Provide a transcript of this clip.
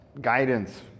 guidance